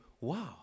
wow